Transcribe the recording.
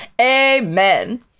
Amen